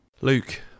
Luke